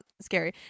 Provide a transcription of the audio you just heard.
scary